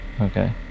Okay